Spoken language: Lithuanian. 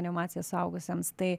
animacija suaugusiems tai